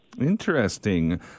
Interesting